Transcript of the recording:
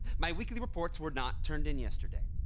my weekly reports were not turned in yesterday,